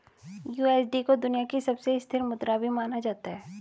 USD को दुनिया की सबसे स्थिर मुद्रा भी माना जाता है